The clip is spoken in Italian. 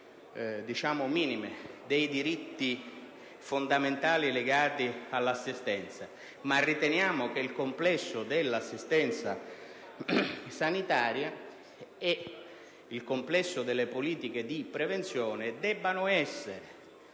minime e dei diritti fondamentali legati all'assistenza), ma riteniamo che il complesso dell'assistenza sanitaria e delle politiche di prevenzione debba essere